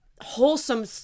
wholesome